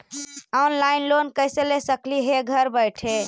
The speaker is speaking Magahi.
ऑनलाइन लोन कैसे ले सकली हे घर बैठे?